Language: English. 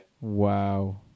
Wow